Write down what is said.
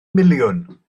miliwn